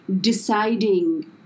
deciding